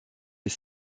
est